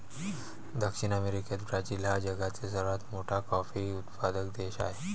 दक्षिण अमेरिकेत ब्राझील हा जगातील सर्वात मोठा कॉफी उत्पादक देश आहे